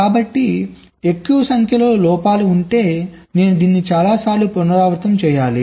కాబట్టి ఎక్కువ సంఖ్యలో లోపాలు ఉంటే నేను దీన్ని చాలాసార్లు పునరావృతం చేయాలి